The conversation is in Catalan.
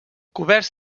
coberts